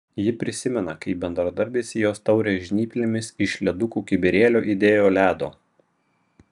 ji prisimena kaip bendradarbis į jos taurę žnyplėmis iš ledukų kibirėlio įdėjo ledo